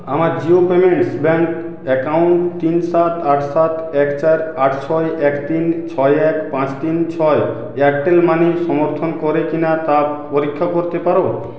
আমার Jio payments bank account তিন সাত আট সাত এক চার আট ছয় এক তিন ছয় এক পাঁচ তিন ছয় এয়ারটেল মানি সমর্থন করে কিনা তা পরীক্ষা করতে পার